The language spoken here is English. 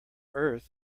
earth